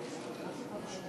איתן ברושי,